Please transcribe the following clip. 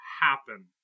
happen